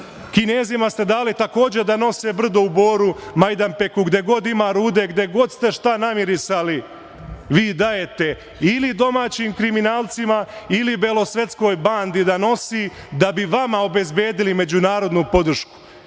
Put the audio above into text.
Kinezima ste takođe dali da nose brdo u Boru, Majdanpeku. Gde god ima rude, gde god ste šta namirisali vi dajete ili domaćim kriminalcima ili belosvetskoj bandi da nosi da bi vama obezbedili međunarodnu podršku. Vi